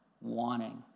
wanting